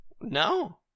No